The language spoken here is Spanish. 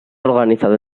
organizado